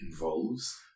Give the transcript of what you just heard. involves